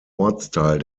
ortsteil